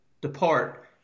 depart